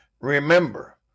remember